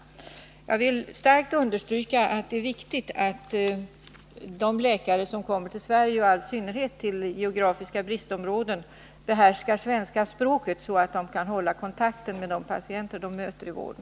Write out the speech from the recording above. Jag vill starkt understryka att det är viktigt att de läkare som kommer till Sverige — och detta gäller i all synnerhet dem som kommer till glesbygdens bristområden — behärskar svenska språket, så att de kan skapa kontakt med de patienter de möter i vården.